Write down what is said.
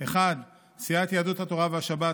סיעת יהדות התורה והשבת,